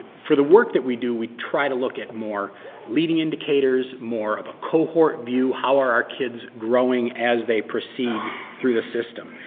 for the work that we do we try to look at more leading indicators, more of a cohort view, how are our kids growing as the proceed through the system.